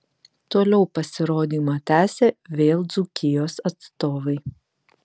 toliau pasirodymą tęsė vėl dzūkijos atstovai